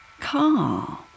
car